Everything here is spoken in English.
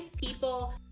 people